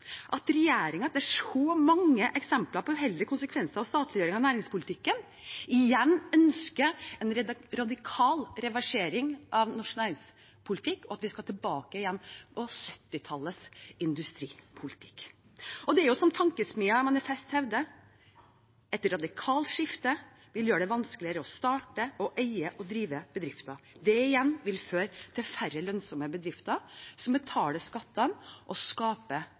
at regjeringen etter så mange eksempler på uheldige konsekvenser av statliggjøring av næringspolitikken igjen ønsker en radikal reversering av norsk næringspolitikk, og at vi skal tilbake til 1970-tallets industripolitikk. Det er jo, som tankesmien Manifest hevder, et radikalt skifte. Det gjør det vanskeligere å starte, eie og drive bedrifter. Det igjen vil føre til færre lønnsomme bedrifter som betaler skatt og skaper